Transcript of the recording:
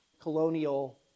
colonial